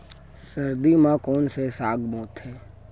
सर्दी मा कोन से साग बोथे?